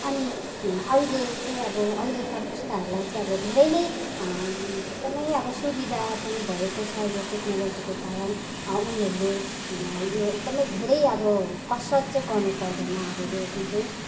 अनि अहिले चाहिँ अब अहिलेका पुस्ताहरूलाई चाहिँ अब धेरै नै एकदमै अब सुविधा पनि भएको छ यो टेक्नोलोजीको कारण उनीहरूले यो एकदमै धेरै अब कसरत चाहिँ गर्नु पर्दैन अब यो जुन चाहिँ